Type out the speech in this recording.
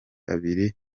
abiri